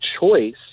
choice